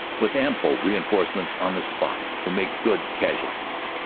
with ample reinforcements on the spot to make good casualties.